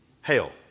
Hell